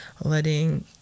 letting